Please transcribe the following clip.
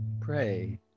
pray